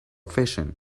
fission